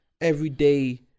everyday